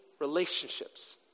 relationships